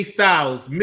Styles